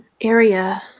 area